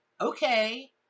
okay